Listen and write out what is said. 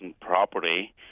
property